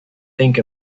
think